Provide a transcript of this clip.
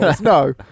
No